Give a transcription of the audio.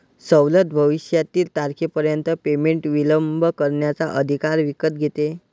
सवलत भविष्यातील तारखेपर्यंत पेमेंट विलंब करण्याचा अधिकार विकत घेते